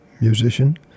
musician